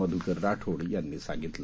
मध्रकर राठोड यांनी सांगितलं